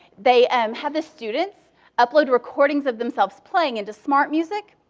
they um had the students upload recordings of themselves playing into smart music,